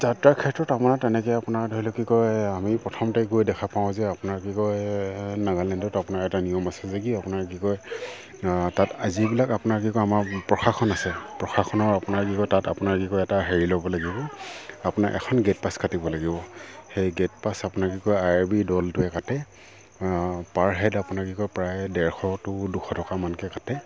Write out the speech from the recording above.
যাত্ৰাৰ ক্ষেত্ৰত আমাৰ তেনেকৈ আপোনাৰ ধৰি লওক কি কয় আমি প্ৰথমতে গৈ দেখা পাওঁ যে আপোনাৰ কি কয় নাগালেণ্ডত আপোনাৰ এটা নিয়ম আছে যে কি আপোনাৰ কি কয় তাত যিবিলাক আপোনাৰ কি কয় আমাৰ প্ৰশাসন আছে প্ৰশাসনৰ আপোনাৰ কি কয় তাত আপোনাৰ কি কয় এটা হেৰি ল'ব লাগিব আপোনাৰ এখন গেট পাছ কাটিব লাগিব সেই গেট পাছ আপোনাৰ কি কয় আই আৰ বিৰ দলটোৱে কাটে পাৰ হেড আপোনাৰ কি কয প্ৰায় ডেৰশ টু দুশ টকা মানকৈ কাটে